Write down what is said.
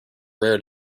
rare